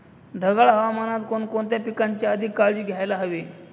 ढगाळ हवामानात कोणकोणत्या पिकांची अधिक काळजी घ्यायला हवी?